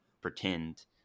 pretend